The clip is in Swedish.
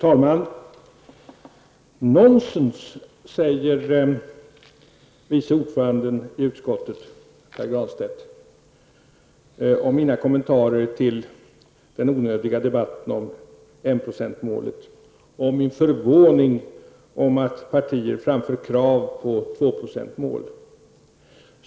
Fru talman! Vice ordföranden i utskottet Pär Granstedt sade att mina kommentarer till den onödiga debatten om enprocentsmålet och min förvåning över att partier framför krav på tvåprocentsmål var nonsens.